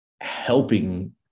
helping